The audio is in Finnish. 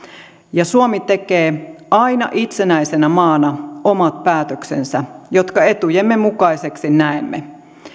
ja suomi tekee aina itsenäisenä maana omat päätöksensä jotka etujemme mukaisiksi näemme